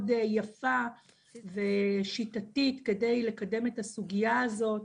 יפה ושיטתית כדי לקדם את הסוגייה הזאת.